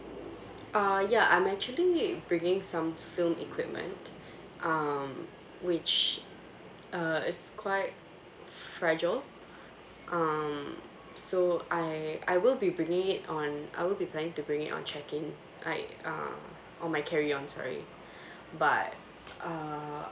uh ya I'm actually bringing some film equipment um which uh is quite fragile um so I I will be bringing it on I will be planning to bring it on check in like um on my carry on sorry but uh